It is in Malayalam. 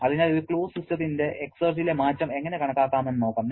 അതിനാൽ ഒരു ക്ലോസ്ഡ് സിസ്റ്റത്തിന്റെ എക്സർജിയിലെ മാറ്റം എങ്ങനെ കണക്കാക്കാമെന്ന് നോക്കാം